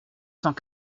cent